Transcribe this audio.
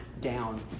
down